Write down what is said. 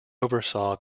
oversaw